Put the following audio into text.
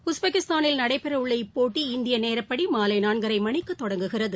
உஸ்பெகிஸ்தானில் நடைபெறவுள்ள இப்போட்டி இந்தியநேரப்படிமாலைநான்கரைமணிக்குதொடங்குகிறது